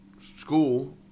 school